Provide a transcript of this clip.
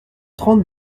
trente